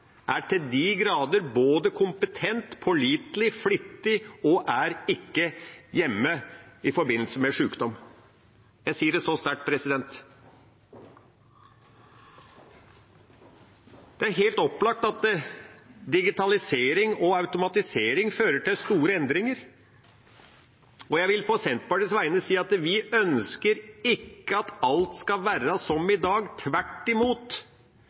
er til de grader både kompetent, pålitelig og flittig og ikke hjemme i forbindelse med sykdom. Jeg sier det så sterkt. Det er helt opplagt at digitalisering og automatisering fører til store endringer, og jeg vil på Senterpartiets vegne si at vi ønsker ikke at alt skal være som i dag – tvert imot.